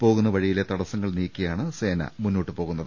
പോകുന്ന വഴിയിലെ തടസ്സങ്ങൾ നീക്കി യാണ് സേന മുന്നോട്ടു പോകുന്നത്